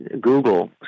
Google